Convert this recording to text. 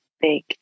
big